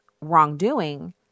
wrongdoing